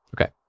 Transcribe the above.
Okay